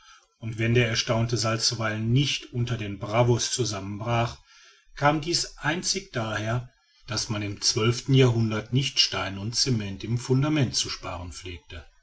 und wenn der erstaunte saal zuweilen nicht unter den bravos zusammenbrach kam dies einzig daher daß man im zwölften jahrhundert nicht stein und cement im fundament zu sparen pflegte